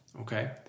Okay